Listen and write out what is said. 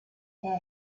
hear